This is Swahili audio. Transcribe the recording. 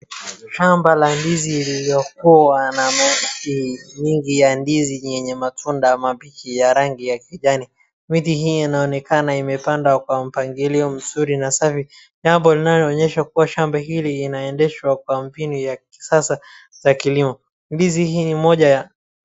Shamba ya ndizi iliyokuwa na miti mingi ya ndizi yenye matunda mambichi ya rangi ya kijani miti hii inaonekana imepandwa kwa mpangilio mzuri na safi, jambo linaloonyesha kuwa shamba hili linaendeshwa kwa mbinu ya kisasa za kilimo ndizi hii moja ya.